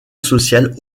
sociale